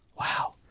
Wow